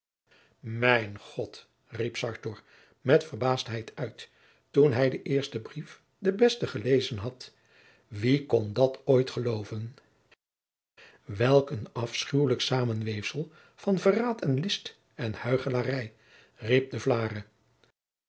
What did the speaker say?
mijn god riep sartor met verbaasdheid uit toen hij den eersten brief den besten gelezen had wie kon dat ooit geloven welk een afschuwelijk samenweefsel van verraad en list en huichelarij